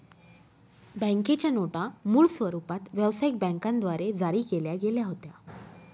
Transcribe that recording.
बँकेच्या नोटा मूळ स्वरूपात व्यवसायिक बँकांद्वारे जारी केल्या गेल्या होत्या